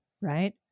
right